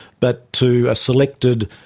but to a selected